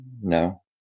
No